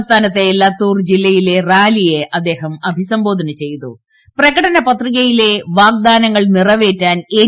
സംസ്ഥാനത്തെ ലാത്തൂർ ജില്ലയിലെ റാലിയെ അദ്ദേഹം അഭിസംബോധന പ്രകടനപത്രികയിലെ വാഗ്ദാനങ്ങള് നിറവേറ്റാൻ എൻ